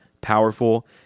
powerful